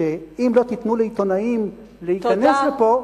שאם לא תיתנו לעיתונאים להיכנס לפה,